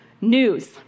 news